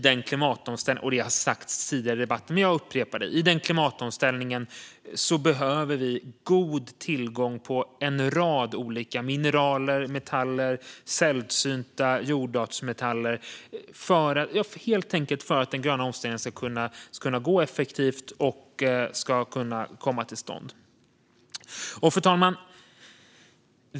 Det här har sagts tidigare i debatten, men jag upprepar det: I klimatomställningen behöver vi god tillgång på en rad olika mineral, metaller och sällsynta jordartsmetaller för att en effektiv grön omställning ska kunna komma till stånd. Fru talman!